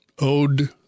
owed